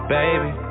baby